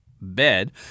bed